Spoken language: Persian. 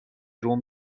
روم